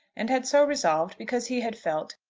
and had so resolved because he had felt,